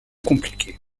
compliquée